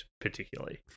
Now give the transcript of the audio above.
particularly